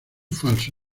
falso